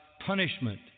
punishment